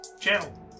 Channel